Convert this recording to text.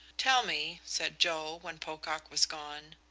tell me, said joe, when pocock was gone,